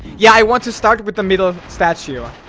yeah, i want to start with the middle of statue